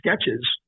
sketches